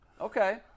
Okay